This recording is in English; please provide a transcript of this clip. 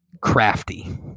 crafty